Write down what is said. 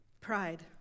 Pride